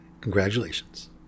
congratulations